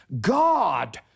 God